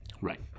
Right